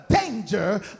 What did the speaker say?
danger